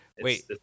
Wait